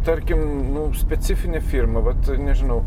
tarkim nu specifinė firma vat nežinau